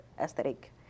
aesthetic